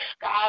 God